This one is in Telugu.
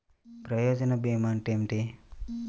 ప్రయోజన భీమా అంటే ఏమిటి?